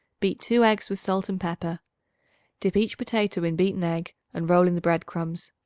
beat two eggs with salt and pepper dip each potato in beaten egg and roll in the bread-crumbs.